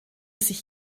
sich